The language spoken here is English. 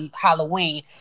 Halloween